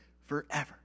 forever